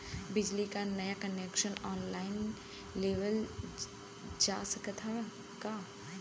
बिजली क नया कनेक्शन ऑनलाइन लेवल जा सकत ह का?